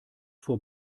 vor